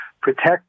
protect